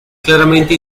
claramente